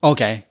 Okay